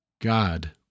God